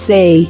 Say